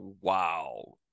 wow